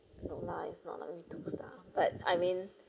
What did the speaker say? not lah it's not only two stars but I mean